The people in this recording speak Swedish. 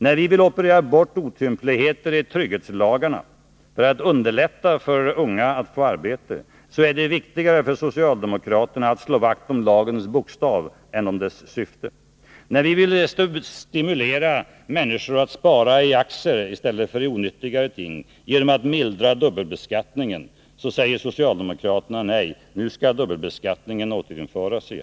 När vi ville operera bort otympligheter i trygghetslagarna för att underlätta för unga att få arbete, är det viktigare för socialdemokraterna att slå vakt om lagens bokstav än om dess syfte. När vi ville stimulera människor att spara i aktier i stället för i onyttigare ting genom att mildra dubbelbeskattningen, säger socialdemokraterna nej. Nu skall dubbelbeskattningen skärpas.